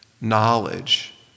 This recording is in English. knowledge